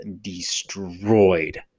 destroyed